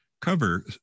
Cover